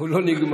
הוא לא נגמל.